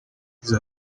igize